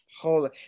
Holy